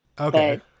Okay